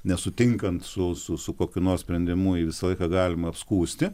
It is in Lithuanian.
nesutinkant su su su kokiu nors sprendimu jį visą laiką galima apskųsti